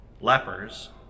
lepers